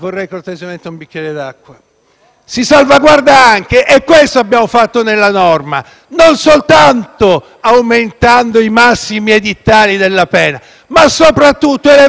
si salvaguarda anche - e questo abbiamo fatto nella norma - non soltanto aumentando i massimi edittali della pena, ma soprattutto elevando i minimi di pena.